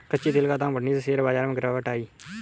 कच्चे तेल का दाम बढ़ने से शेयर बाजार में गिरावट आई